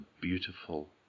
beautiful